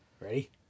ready